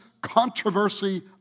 controversy